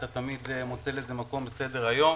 אתה תמיד מוצא לזה מקום בסדר-היום.